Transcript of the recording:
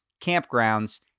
campgrounds